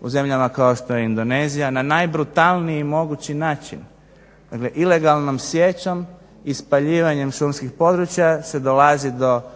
u zemljama kao što je Indonezija na najbrutalniji mogući način, dakle ilegalnom sječom i spaljivanjem šumskih područja se dolazi do onda